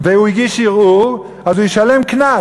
והוא הגיש ערעור, אז הוא ישלם קנס.